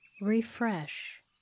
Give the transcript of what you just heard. Refresh